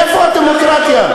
איפה הדמוקרטיה?